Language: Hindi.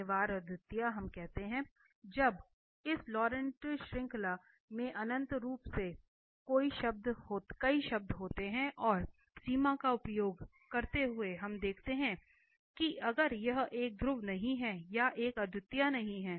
अनिवार्य अद्वितीयता हम कहते हैं जब इस लॉरेंट श्रृंखला में अनंत रूप से कई शब्द होते हैं और सीमा का उपयोग करते हुए हम देखते हैं कि अगर यह एक ध्रुव नहीं है या एक अद्वितीयता नहीं है